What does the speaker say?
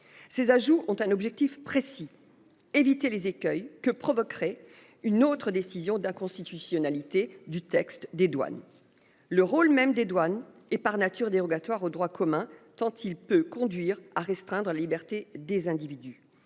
ces ajouts ont un objectif précis, éviter les écueils que provoquerait une autre décision d'inconstitutionnalité du texte des douanes le rôle même des douanes et par nature dérogatoire au droit commun tant il peut conduire à restreindre la liberté des individus